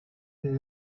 the